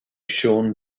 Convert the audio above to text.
shawn